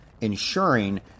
ensuring